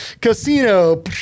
casino